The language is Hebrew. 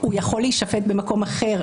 --- הוא יכול להישפט במקום אחר,